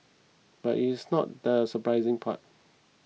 but is not the surprising part